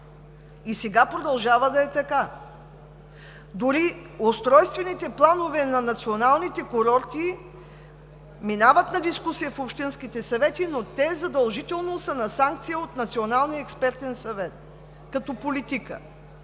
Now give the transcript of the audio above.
на националните курорти. Дори устройствените планове на националните курорти минават на дискусия в общинските съвети, но те задължително са на санкция от Националния експертен съвет към МРРБ.